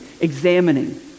examining